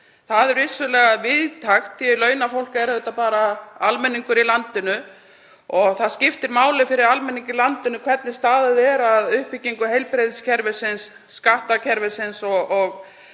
Það er vissulega víðtækt því að launafólk er auðvitað bara almenningur í landinu. Það skiptir máli fyrir almenning í landinu hvernig staðið er að uppbyggingu heilbrigðiskerfisins, skattkerfisins,